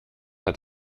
hat